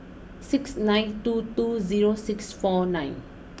six nine two two zero six four nine